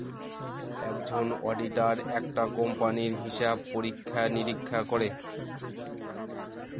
একজন অডিটার একটা কোম্পানির হিসাব পরীক্ষা নিরীক্ষা করে